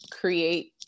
create